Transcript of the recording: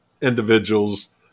individual's